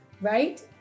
right